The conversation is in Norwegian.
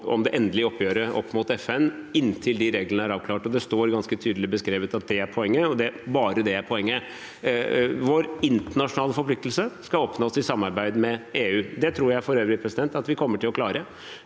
om det endelige oppgjøret opp mot FN, inntil de reglene er avklart. Det står ganske tydelig beskrevet at det er poenget, og bare det er poenget. Vår internasjonale forpliktelse skal oppnås i samarbeid med EU. Det tror jeg for øvrig at vi kommer til å klare.